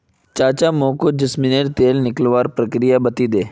चाचा मोको जैस्मिनेर तेल निकलवार प्रक्रिया बतइ दे